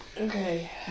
Okay